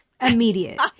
immediate